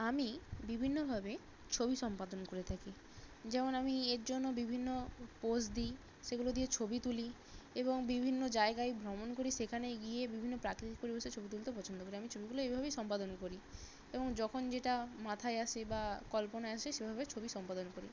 আমি বিভিন্নভাবে ছবি সম্পাদন করে থাকি যেমন আমি এর জন্য বিভিন্ন পোস দিই সেগুলো দিয়ে ছবি তুলি এবং বিভিন্ন জায়গায় ভ্রমণ করি সেখান গিয়ে বিভিন্ন প্রাকৃতিক পরিবেশে ছবি তুলতে পছন্দ করি আমি ছবিগুলো এইভাবেই সম্পাদন করি এবং যখন যেটা মাথায় আসে বা কল্পনায় আসে সেভাবে ছবি সম্পাদন করি